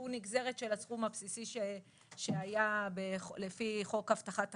נגזרת של הסכום הבסיסי שהיה לפי חוק הבטחת הכנסה.